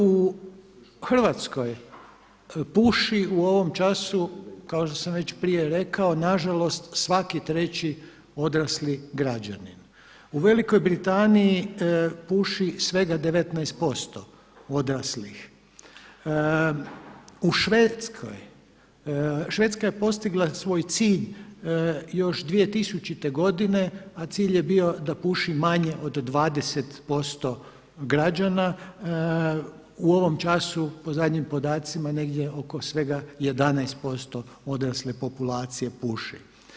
U Hrvatskoj puši u ovom času kao što sam već prije rekao nažalost svaki treći odrasli građanin, u Velikoj Britaniji puši svega 19% odraslih, u Švedskoj, Švedska je postigla svoj cilj još 2000. godine a cilj je bio da puši manje od 20% građana, u ovom času po zadnjim podacima negdje oko svega 11% odrasle populacije puši.